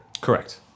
Correct